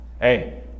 Hey